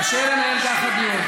קשה לנהל ככה דיון.